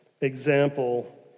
example